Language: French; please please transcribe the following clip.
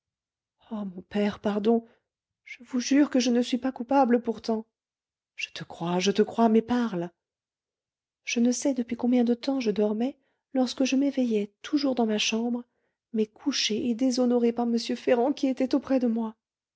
mon père pardon je vous jure que je ne suis pas coupable pourtant je te crois je te crois mais parle je ne sais depuis combien de temps je dormais lorsque je m'éveillai toujours dans ma chambre mais couchée et déshonorée par m ferrand qui était auprès de moi